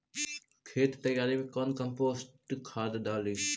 खेत तैयारी मे कौन कम्पोस्ट खाद डाली?